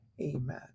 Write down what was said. Amen